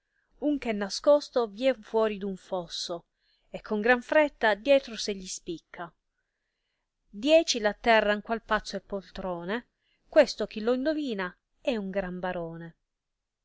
eh è nascosto vien fuori d un fosso e con gran fretta dietro se gli spicca dieci atterran qual pazzo e poltrone questo chi lo indivina è gran barone